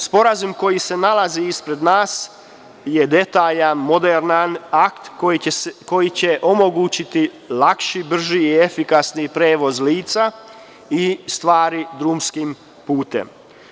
Sporazum koji se nalazi ispred nas je detaljan, moderan akt koji će omogućiti lakši, brži i efikasniji prevoz lica i stvari drumskim putem.